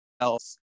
else